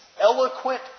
eloquent